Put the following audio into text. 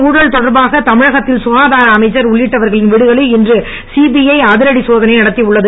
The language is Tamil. ஊழல் தொடர்பாக தமிழகத்தில் சுகாதார அமைச்சர் குட்கா உள்ளிட்டவர்களின் வீடுகளில் இன்று சிபிஐ அதிரடி சோதனை நடத்தி உள்ளது